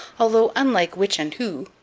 although, unlike which and who,